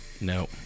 No